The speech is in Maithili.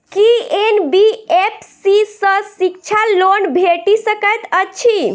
की एन.बी.एफ.सी सँ शिक्षा लोन भेटि सकैत अछि?